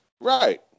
Right